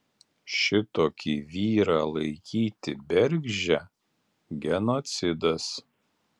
šitokį vyrą laikyti bergždžią genocidas